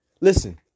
listen